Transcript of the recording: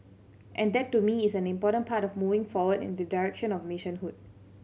and that to me is an important part of moving forward in the direction of nationhood